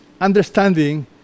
understanding